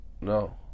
No